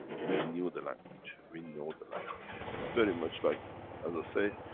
we knew the language. we know the language. is very much like as i say,